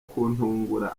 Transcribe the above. kuntungura